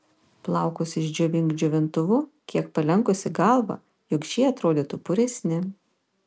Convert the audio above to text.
plaukus išdžiovink džiovintuvu kiek palenkusi galvą jog šie atrodytų puresni